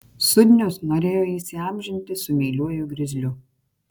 sudnius norėjo įsiamžinti su meiliuoju grizliu